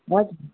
हजुर